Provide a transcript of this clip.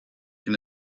can